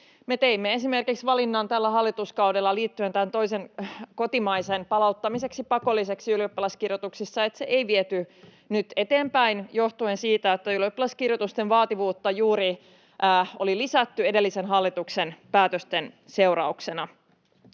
teimme esimerkiksi sen valinnan tällä hallituskaudella liittyen tämän toisen kotimaisen palauttamiseen pakolliseksi ylioppilaskirjoituksissa, että sitä ei viety nyt eteenpäin johtuen siitä, että ylioppilaskirjoitusten vaativuutta oli juuri lisätty edellisen hallituksen päätösten seurauksena.